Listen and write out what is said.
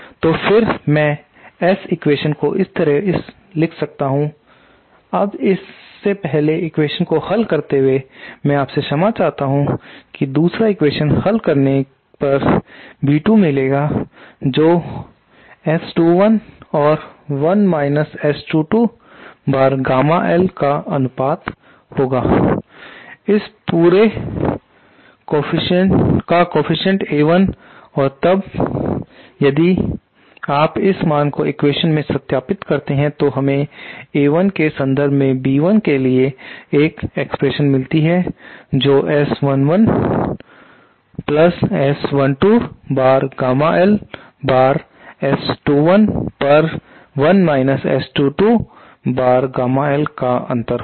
तो फिर मैं एस एक्वेशन को इस प्रकार लिख सकता हूंअब इस पहले एक्वेशन को हल करते हुए मैं आपसे क्षमा चाहता हूं की दूसरा एक्वेशन हल करने पर B2 मिलेगा जो S21 और 1 माइनस S22 बार गामा L का अनुपात होगा इस पूरे का कोफीसिएंट A1 और तब यदि आप इस मान को एक्वेशन में स्थापित करते हैं तो हमें A1 के संदर्भ में B1 के लिए एक एक्सप्रेशन मिलती है जो S11 प्लस S12 बार गामा L बार S21 पर 1 और S22 बार गामा L का अंतर होगी